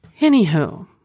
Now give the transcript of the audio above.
Anywho